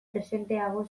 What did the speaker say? presenteago